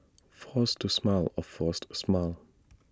force to smile A forced smile